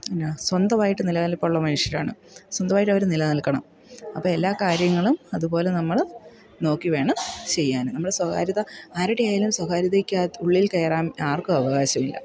എന്നാ സ്വന്തമായിട്ട് നിലനിൽപ്പുള്ള മനുഷ്യരാണ് സ്വന്തമായിട്ടവർ നിലനിൽക്കണം അപ്പോൾ എല്ലാ കാര്യങ്ങളും അതുപോലെ നമ്മൾ നോക്കി വേണം ചെയ്യാൻ നമ്മൾ സ്വകാര്യത ആരുടെ ആയാലും സ്വകാര്യതയ്ക്കകത്ത് ഉള്ളിൽക്കയറാൻ ആർക്കും അവകാശമില്ല